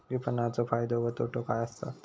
विपणाचो फायदो व तोटो काय आसत?